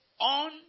On